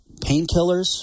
painkillers